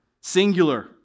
singular